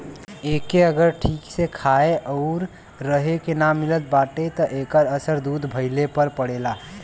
एके अगर ठीक से खाए आउर रहे के ना मिलत बाटे त एकर असर दूध भइले पे पड़ेला